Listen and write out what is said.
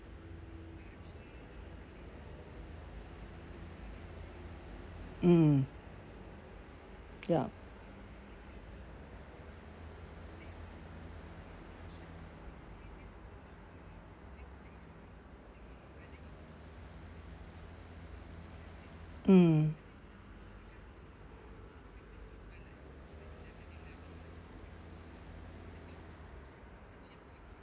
mm ya mm